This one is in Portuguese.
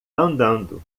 andando